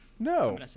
No